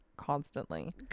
constantly